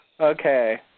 Okay